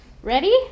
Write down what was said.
Ready